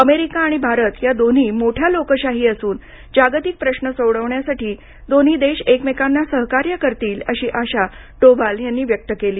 America आणि भारत ह्या दोन्ही मोठ्या लोकशाही असून जागतिक प्रश्न सोडवण्यासाठी दोन्ही देश एकमेकांना सहकार्य करतील अशी आशा डोभाल यांनी व्यक्त केली